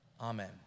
Amen